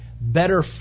better